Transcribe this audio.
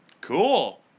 Cool